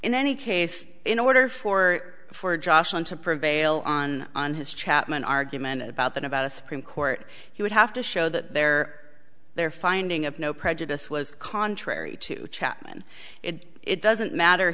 in any case in order for for joshua to prevail on on his chapman argument about that about a supreme court he would have to show that they're they're finding of no prejudice was contrary to chapman it doesn't matter